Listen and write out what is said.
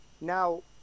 Now